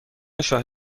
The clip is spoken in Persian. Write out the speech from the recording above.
شاهد